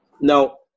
Now